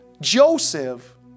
Joseph